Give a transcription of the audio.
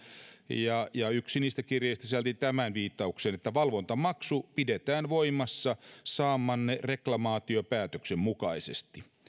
ja ja yksi niistä kirjeistä sisälsi tämän viittauksen valvontamaksu pidetään voimassa saamanne reklamaatiopäätöksen mukaisesti